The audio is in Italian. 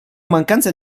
mancanza